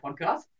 Podcast